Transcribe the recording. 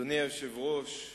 אדוני היושב-ראש,